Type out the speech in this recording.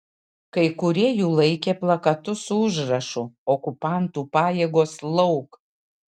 kai kurie jų laikė plakatus su užrašu okupantų pajėgos lauk